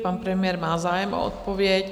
Pan premiér má zájem o odpověď.